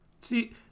See